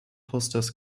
hostess